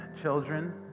children